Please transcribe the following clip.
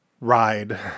ride